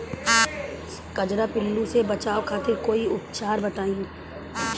कजरा पिल्लू से बचाव खातिर कोई उपचार बताई?